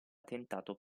tentato